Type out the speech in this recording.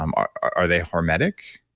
um are are they hormetic?